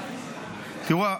תראו,